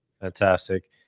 Fantastic